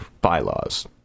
bylaws